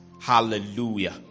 Hallelujah